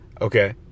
okay